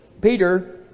Peter